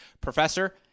professor